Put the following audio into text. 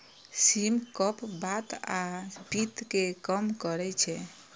सिम कफ, बात आ पित्त कें कम करै छै